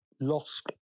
lost